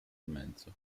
mezzo